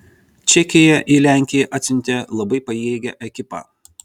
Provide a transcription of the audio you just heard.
čekija į lenkiją atsiuntė labai pajėgią ekipą